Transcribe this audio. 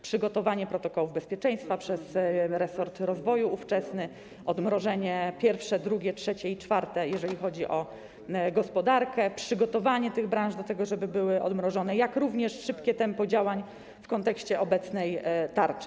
Przygotowanie protokołów bezpieczeństwa przez ówczesny resort rozwoju, odmrożenia: pierwsze, drugie, trzecie i czwarte, jeżeli chodzi o gospodarkę, przygotowanie tych branż do tego, żeby były odmrożone, jak również szybkie tempo działań w kontekście obecnej tarczy.